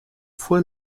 fue